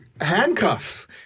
Handcuffs